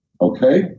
okay